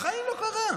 בחיים לא קרה.